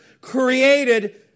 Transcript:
created